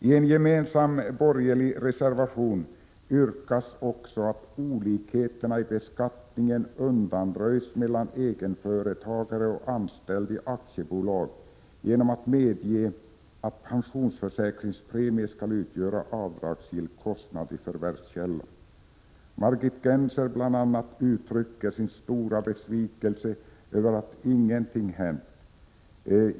I en gemensam borgerlig reservation yrkas också att olikheterna i beskattning undanröjs mellan egenföretagare och anställd i aktiebolag, genom att det medges att pensionsförsäkringspremie utgör avdragsgill Prot. 1986/87:94 kostnad i förvärvskälla. Margit Gennser uttrycker stor besvikelse över att 25 mars 1987 ingenting har hänt.